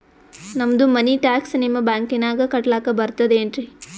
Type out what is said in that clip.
ನಮ್ದು money tax ನಿಮ್ಮ ಬ್ಯಾಂಕಿನಾಗ ಕಟ್ಲಾಕ ಬರ್ತದೇನ್ರಿ?